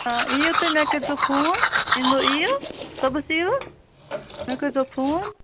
آ یِیِو تُہۍ مےٚ کٔرزیٚو فون ییٚمہ دۄہ یِیِو صُبَس ییٖوٕ مےٚ کٔرزیٚو فون